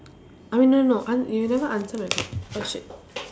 I mean no no an~ you never answer my question oh shit